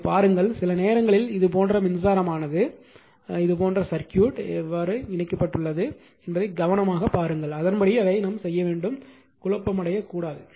அதைப் பாருங்கள் சில நேரங்களில் இதுபோன்ற மின்சாரமானது இதுபோன்ற சர்க்யூட் இது எவ்வாறு இணைக்கப்பட்டுள்ளது என்பதை கவனமாகப் பாருங்கள் அதன்படி அதைச் செய்ய வேண்டும் குழப்பமடைய கூடாது